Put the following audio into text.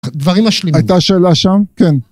הדברים השלמים. הייתה שאלה שם? כן.